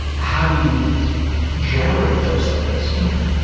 how do you generate those things? yeah.